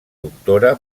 doctora